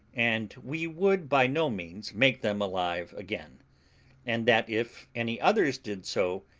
and we would by no means make them alive again and that, if any others did so,